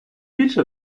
більше